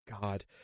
God